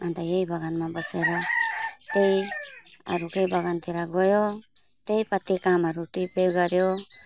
अन्त यही बगानमा बसेर त्यही अरूकै बगानतिर गयो त्यही पत्ती कामहरू टिप्यो गर्यो